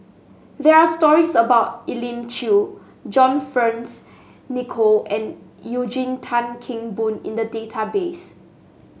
there are stories about Elim Chew John Fearns Nicoll and Eugene Tan Kheng Boon in the database